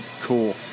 Cool